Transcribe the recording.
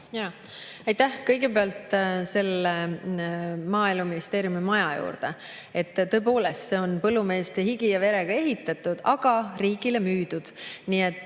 Aitäh! Kõigepealt selle Maaeluministeeriumi maja juurde. Tõepoolest, see on põllumeeste higi ja verega ehitatud, aga riigile müüdud.